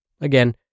Again